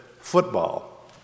football